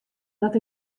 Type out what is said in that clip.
dat